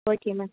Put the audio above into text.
okay ma'am